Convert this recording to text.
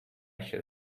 shall